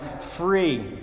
free